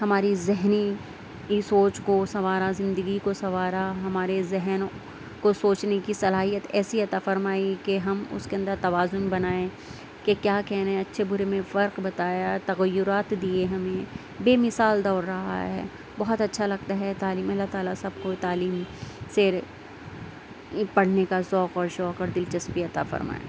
ہماری ذہنی بھی سوچ کو سنوارا زندگی کو سنوارا ہمارے ذہن کو سوچنے کی صلاحیت ایسی عطا فرمائی کہ ہم اس کے اندر توازن بنائیں کہ کیا کہنے اچھے برے میں فرق بتایا تغیرات دیئے ہمیں بے مثال دور رہا ہے بہت اچھا لگتا ہے تعلیم اللہ تعالیٰ سب کو تعلیم سے پڑھنے کا ذوق و شوق اور دلچسپی عطا فرمائے